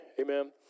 amen